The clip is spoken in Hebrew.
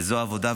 זו העבודה.